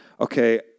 Okay